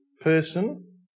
person